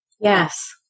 Yes